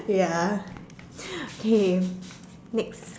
ya K next